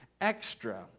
extra